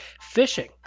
fishing